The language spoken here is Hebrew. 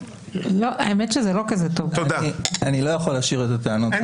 אני לא יכול להשאיר את הטענות כך.